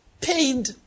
paid